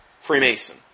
Freemason